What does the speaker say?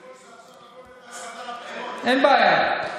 הסתה לבחירות, אין בעיה.